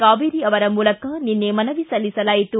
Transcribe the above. ಕಾವೇರಿ ಅವರ ಮೂಲಕ ನಿನ್ನೆ ಮನವಿ ಸಲ್ಲಿಸಲಾಯಿತು